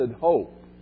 hope